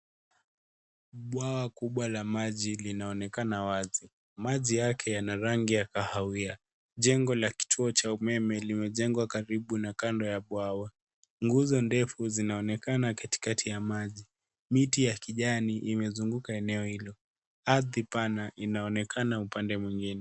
Bwawa kubwa la maji linaonekana wazi. Maji yake yana rangi ya kahawia. Jengo la kituo cha umeme limejengwa karibu na kando la bwawa. Nguzo ndefu zinaonekana katikati ya maji. Miti ya kijani imezunguka eneo hilo. Ardhi pana inaonekana upande mwingine.